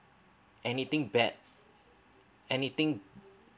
anything bad anything